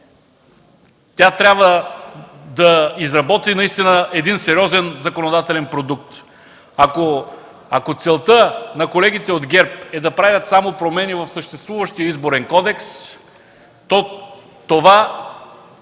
тя трябва да изработи наистина един сериозен законодателен продукт. Ако целта на колегите от ГЕРБ е да правят само промени в съществуващия Изборен кодекс, то това